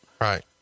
Right